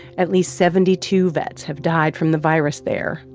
at least seventy two vets have died from the virus there.